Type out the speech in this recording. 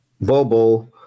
Bobo